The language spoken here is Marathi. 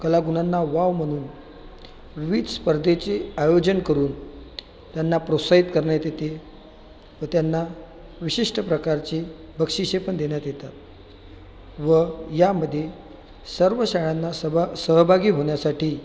कलागुणांना वाव म्हणून विविध स्पर्धेचे आयोजन करून त्यांना प्रोत्साहित करण्यात येते व त्यांना विशिष्ट प्रकारची बक्षिसे पण देण्यात येतात व यामध्ये सर्व शाळांना सभा सहभागी होण्यासाठी